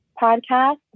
podcast